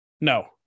No